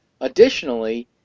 Additionally